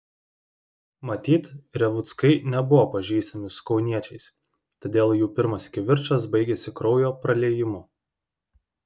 matyt revuckai nebuvo pažįstami su kauniečiais todėl jų pirmas kivirčas baigėsi kraujo praliejimu